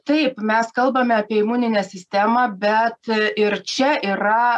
taip mes kalbame apie imuninę sistemą bet ir čia yra